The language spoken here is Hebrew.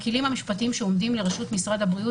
הכלים המשפטיים שעומדים לרשות משרד הבריאות